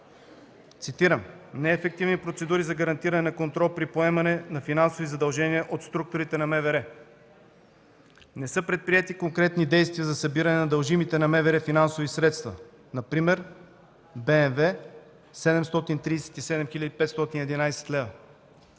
цитирам: „Неефективни процедури за гарантиране на контрол при поемане на финансови задължения от структурите на МВР. Не са предприети конкретни действия за събиране на дължимите на МВР финансови средства, например от БМВ